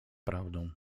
prawdą